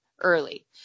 early